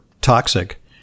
toxic